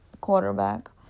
quarterback